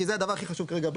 כי זה הדבר הכי חשוב כרגע,